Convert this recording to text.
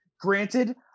Granted